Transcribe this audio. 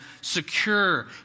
secure